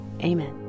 amen